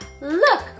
Look